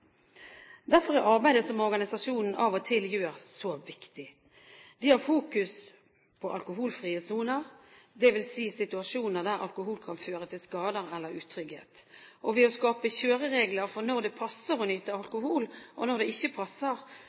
Derfor er arbeidet som organisasjonen AV-OG-TIL gjør, så viktig. De fokuserer på alkoholfrie soner, dvs. situasjoner der alkohol kan føre til skader eller utrygghet. Ved å skape kjøreregler for når det passer å nyte alkohol, og når det ikke passer,